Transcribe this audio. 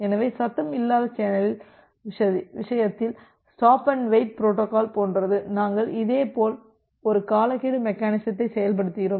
எனவே சத்தம் இல்லாத சேனலின் விஷயத்தில் ஸ்டாப் அண்ட் வெயிட் புரோட்டோகால் போன்றது நாங்கள் இதேபோல் ஒரு காலக்கெடு மெக்கெனிசத்தை செயல்படுத்துகிறோம்